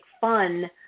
fun